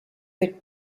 would